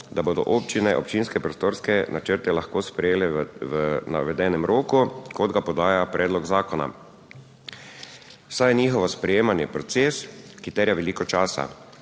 da bodo občine občinske prostorske načrte lahko sprejele v navedenem roku, kot ga podaja predlog zakona. Saj je njihovo sprejemanje proces, ki terja veliko časa.